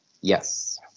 Yes